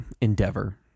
endeavor